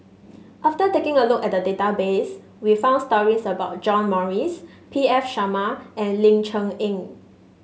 after taking a look at the database we found stories about John Morrice P V Sharma and Ling Cher Eng